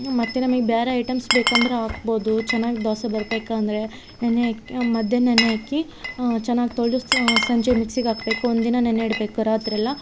ಮತ್ತು ನಮಗ್ ಬೇರೆ ಐಟಮ್ಸ್ ಬೇಕಂದರೆ ಹಾಕ್ಬೋದು ಚೆನ್ನಾಗ್ ದೋಸೆ ಬರಬೇಕಂದ್ರೆ ನೆನೆಯಾಕ್ಯ ಮಧ್ಯಾಹ್ನ ನೆನೆಹಾಕ್ಕಿ ಚೆನ್ನಾಗ್ ತೋಳ್ದು ಸಂಜೆ ಮಿಕ್ಸಿಹಾಕ್ಬೇಕು ಒಂದಿನ ನೆನೆ ಇಡಬೇಕು ರಾತ್ರಿಯೆಲ್ಲ